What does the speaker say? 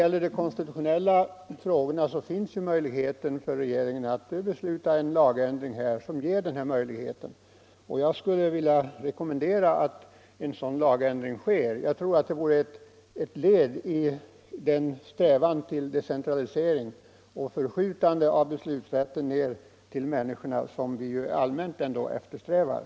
Vad sedan de konstitutionella frågorna beträffar kan ju regeringen föreslå en lagändring härvidlag, och jag skulle vilja rekommendera att en sådan lagändring sker. Det vore ett led i den decentralisering och den förskjutning av beslutanderätten ner till människorna, som vi ju ändå allmänt eftersträvar.